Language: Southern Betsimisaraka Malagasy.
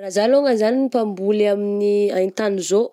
Raha zah longany zany no mpamboly amin'ny haintany zao,